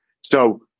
So-